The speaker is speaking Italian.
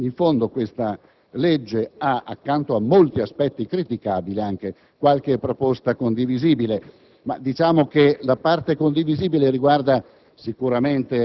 perché in fondo questa legge, accanto a molti aspetti criticabili, contiene anche qualche proposta condivisibile. La parte condivisibile riguarda